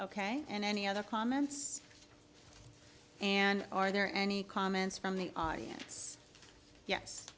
ok and any other comments and are there any comments from the audience yes